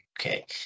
okay